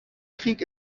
krieg